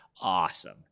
awesome